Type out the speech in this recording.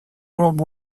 world